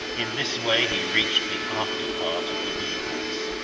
in this way he reached the after-part of the wheelhouse.